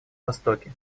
востоке